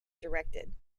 directed